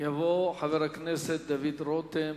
יבוא חבר הכנסת דוד רותם.